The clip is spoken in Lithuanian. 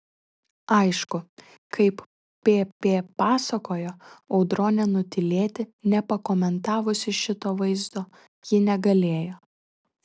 aišku kaip pp pasakojo audronė nutylėti nepakomentavusi šito vaizdo ji negalėjo